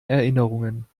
erinnerungen